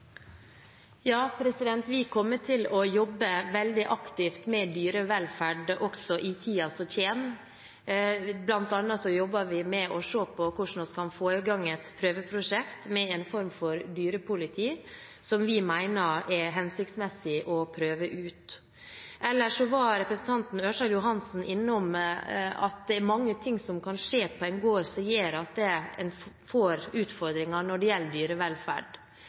Ja, vi kommer til å jobbe veldig aktivt med dyrevelferd også i tiden som kommer. Vi jobber bl.a. med å se på hvordan vi kan få i gang et prøveprosjekt med en form for dyrepoliti, som vi mener er hensiktsmessig å prøve ut. Representanten Ørsal Johansen var ellers innom at det er mange ting som kan skje på en gård som gjør at en får utfordringer når det gjelder dyrevelferd.